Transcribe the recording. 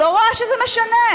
לא רואה שזה משנה.